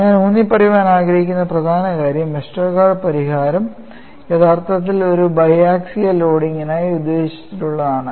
ഞാൻ ഊന്നി പറയുവാൻ ആഗ്രഹിക്കുന്ന പ്രധാന കാര്യം വെസ്റ്റർഗാർഡിന്റെ പരിഹാരം യഥാർത്ഥത്തിൽ ഒരു ബൈ ആസ്കിയൽ ലോഡിംഗിനായി ഉദ്ദേശിച്ചുള്ളതാണ്